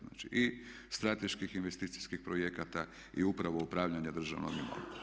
Znači, i strateških investicijskih projekata i upravo upravljanja državnom imovinom.